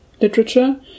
literature